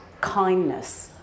kindness